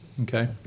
okay